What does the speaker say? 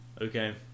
Okay